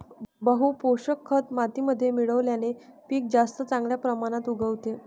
बहू पोषक खत मातीमध्ये मिळवल्याने पीक जास्त चांगल्या प्रमाणात उगवते